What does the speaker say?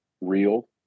real